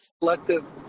collective